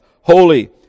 holy